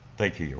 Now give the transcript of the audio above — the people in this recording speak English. thank you,